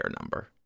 number